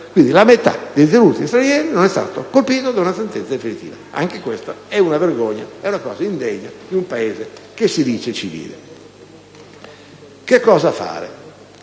Quindi, la metà dei detenuti stranieri non è stata colpita da sentenza definitiva. Anche questa è un vergogna, una cosa indegna di un Paese che si dice civile. Che cosa fare?